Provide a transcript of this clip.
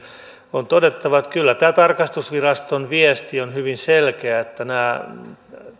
on todettava että kyllä tämä tarkastusviraston viesti on hyvin selkeä että nämä